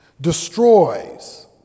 destroys